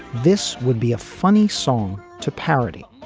this would be a funny song to parody.